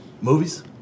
Movies